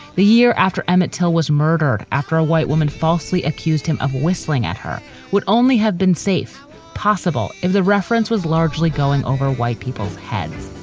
the year after emmett till was murdered, after a white woman falsely accused him of whistling at her would only have been safe possible if the reference was largely going over white people's heads